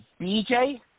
BJ